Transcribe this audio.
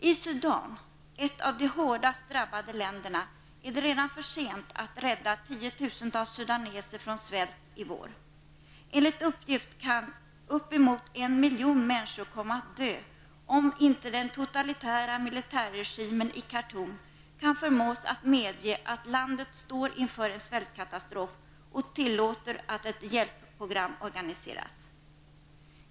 I Sudan, ett av de hårdast drabbade länderna, är det redan för sent att rädda tiotusentals sudaneser från svält i vår. Enligt uppgift kan uppemot en miljon människor komma att dö om inte den totalitära militärregimen i Khartoum kan förmås att medge -- att landet står inför en svältkatastrof och tillåter att ett hjälpprogram organiseras.